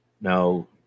now